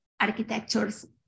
architecture's